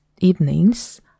evenings